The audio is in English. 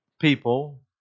people